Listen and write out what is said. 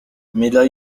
milan